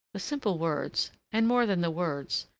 the simple words, and, more than the words,